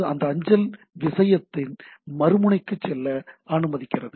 இது அந்த அஞ்சலை விஷயத்தின் மறுமுனைக்கு செல்ல அனுமதிக்கிறது